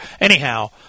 Anyhow